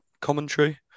commentary